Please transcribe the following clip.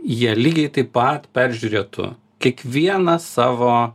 jie lygiai taip pat peržiūrėtų kiekvieną savo